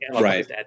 right